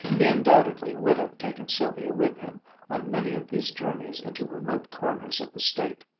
he undoubtedly would have taken sylvia with him on many of these journeys into remote corners of the state,